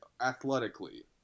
athletically